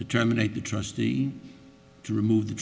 to terminate the trustee to remove the